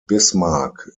bismarck